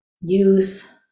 youth